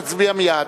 נצביע מייד.